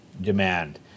demand